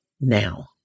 now